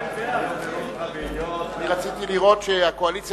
לדיון מוקדם בוועדת הכלכלה